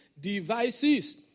devices